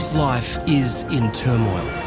life is in turmoil.